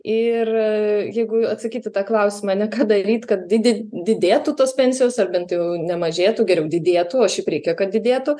ir jeigu atsakyt į tą klausimą ane ką daryt kad didin didėtų tos pensijos ar bent jau nemažėtų geriau didėtų o šiaip reikia kad didėtų